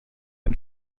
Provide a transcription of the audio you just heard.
ein